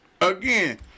Again